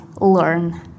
learn